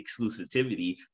exclusivity